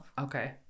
Okay